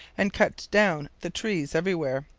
and cut down the trees everywhere,